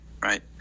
Right